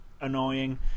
annoying